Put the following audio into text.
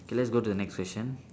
okay let's go to the next question